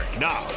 Now